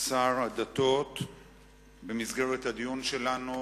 שר הדתות במסגרת הדיון שלנו,